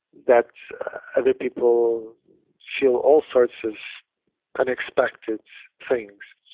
that other people feel all sorts of unexpected things.